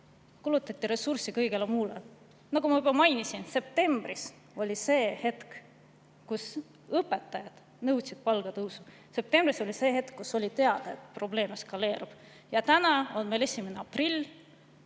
kulutati ressurssi kõigele muule. Nagu ma juba mainisin, septembris oli see hetk, kui õpetajad nõudsid palgatõusu. Septembris oli see hetk, kui oli teada, et probleem eskaleerub. Täna on 1. aprill.